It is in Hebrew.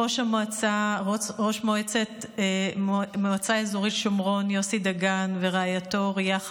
ראש המועצה האזורית שומרון יוסי דגן ורעייתו אוריה,